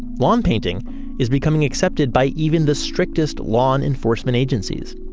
lawn painting is becoming accepted by even the strictest lawn enforcement agencies.